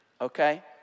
okay